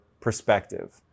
perspective